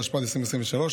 התשפ"ד 2023,